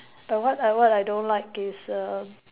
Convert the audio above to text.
but what I what I don't like is err